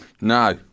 No